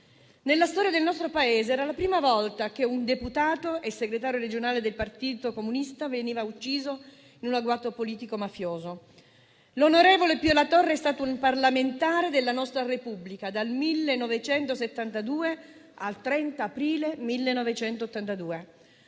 Nella storia del nostro Paese era la prima volta che un deputato e segretario regionale del Partito Comunista veniva ucciso in un agguato politico mafioso. L'onorevole Pio La Torre è stato un parlamentare della nostra Repubblica dal 1972 al 30 aprile 1982.